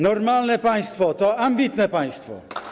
Normalne państwo to ambitne państwo.